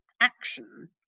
action